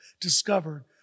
discovered